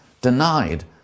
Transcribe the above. denied